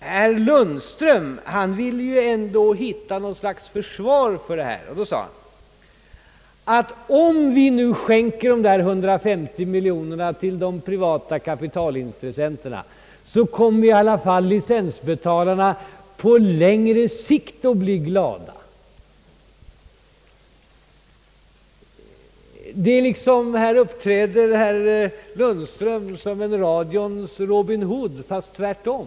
Herr Lundström ville ändå hitta något slags försvar för sina synpunkter och sade att om vi nu skänker dessa 150 miljoner kronor till de privata kapitalintressenterna kommer i alla fall licensbetalarna att bli glada på längre sikt. Här uppträder herr Lundström såsom en radions Robin Hood, fast tvärtom.